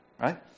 right